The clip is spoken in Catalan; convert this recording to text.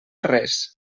res